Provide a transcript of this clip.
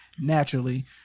naturally